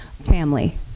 family